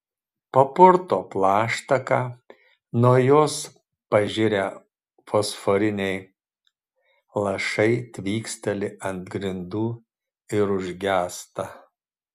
papurto plaštaką nuo jos pažirę fosforiniai lašai tvyksteli ant grindų ir užgęsta